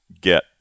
get